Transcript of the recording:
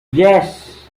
yes